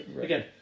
again